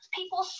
People